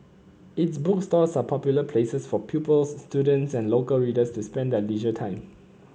its bookstores are popular places for pupils students and local readers to spend their leisure time